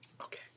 okay